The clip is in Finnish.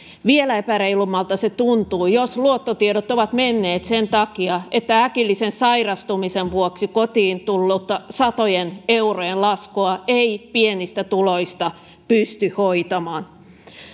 vielä epäreilummalta se tuntuu jos luottotiedot ovat menneet sen takia että äkillisen sairastumisen vuoksi kotiin tullutta satojen eurojen laskua ei pienistä tuloista pysty hoitamaan